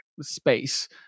space